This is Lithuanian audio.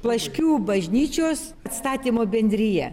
plaškių bažnyčios atstatymo bendrija